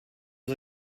was